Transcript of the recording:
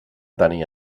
tenir